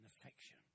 affection